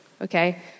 okay